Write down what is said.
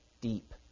deep